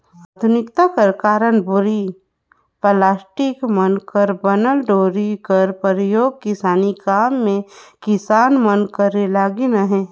आधुनिकता कर कारन बोरी, पलास्टिक मन कर बनल डोरा कर परियोग किसानी काम मे किसान मन करे लगिन अहे